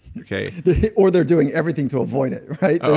okay or they're doing everything to avoid it, right? so